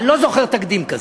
אני לא זוכר תקדים כזה.